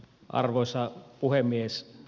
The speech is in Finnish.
arvoisa puhemies